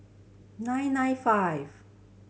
nine nine five